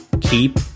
keep